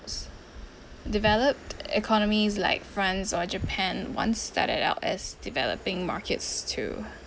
developed economies like france or japan once started out as developing markets too